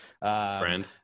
brand